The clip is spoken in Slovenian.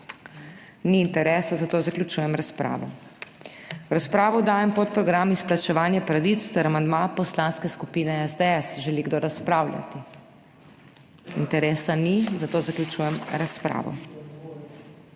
Ni interesa, zato zaključujem razpravo. V razpravo dajem podprogram Izplačevanje pravic ter amandma Poslanske skupine SDS. Želi kdo razpravljati? Interesa ni, zato zaključujem razpravo.